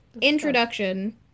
introduction